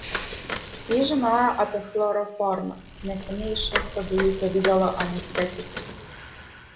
jis žinojo apie chloroformą neseniai išrastą dujų pavidalo anestetiką